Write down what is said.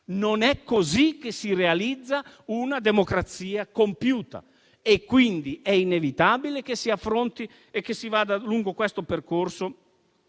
Non è così che si realizza una democrazia compiuta; quindi è inevitabile che si affronti e che si vada lungo questo percorso